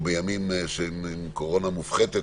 או בימים עם קורונה מופחתת,